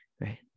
right